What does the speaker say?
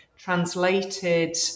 translated